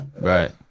Right